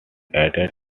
added